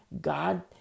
God